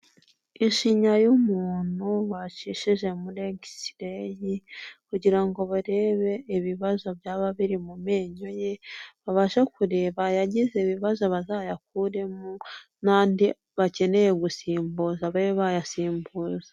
Ishinya y'umuntu bacishije muri X-ray kugira ngo barebe ibibazo byaba biri mu menyo ye, babashe kureba ayagize ibibazo bazayakuremo n'andi bakeneye gusimbuza babe bayasimbuza.